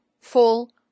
full